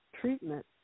treatment